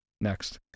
Next